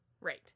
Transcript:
Right